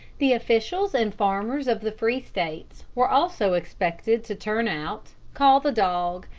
the officials and farmers of the free states were also expected to turn out, call the dog,